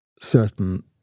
certain